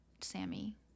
sammy